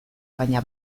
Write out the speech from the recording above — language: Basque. baina